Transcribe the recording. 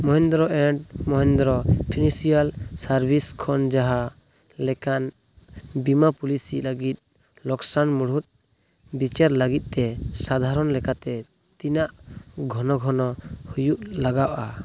Mahindra and Mahindra financial service ᱠᱷᱚᱱ ᱡᱟᱦᱟᱸ ᱞᱮᱠᱟᱱ ᱵᱤᱢᱟ ᱯᱩᱞᱤᱥᱤ ᱞᱟᱹᱜᱤᱫ ᱞᱚᱠᱥᱟᱱ ᱢᱩᱲᱩᱫ ᱵᱤᱪᱟᱹᱨ ᱞᱟᱹᱜᱤᱫ ᱛᱮ ᱥᱟᱫᱷᱟᱨᱚᱱ ᱞᱮᱠᱟᱛᱮ ᱛᱤᱱᱟᱹᱜ ᱜᱷᱚᱱᱚ ᱜᱷᱚᱱᱚ ᱦᱩᱭᱩᱜ ᱞᱟᱜᱟᱣᱚᱜᱼᱟ